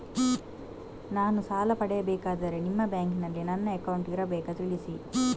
ನಾನು ಸಾಲ ಪಡೆಯಬೇಕಾದರೆ ನಿಮ್ಮ ಬ್ಯಾಂಕಿನಲ್ಲಿ ನನ್ನ ಅಕೌಂಟ್ ಇರಬೇಕಾ ತಿಳಿಸಿ?